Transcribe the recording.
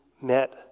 met